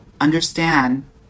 understand